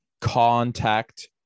contact